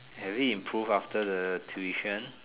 have you improved after the tuition